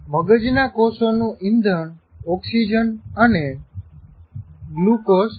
મગજના કોષોનું ઈંધણ ઓક્સિજન અને ગ્લુકોઝ છે